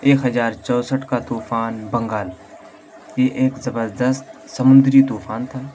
ایک ہزار چونسٹھ کا طوفان بنگال یہ ایک زبردست سمندری طوفان تھا